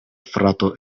frato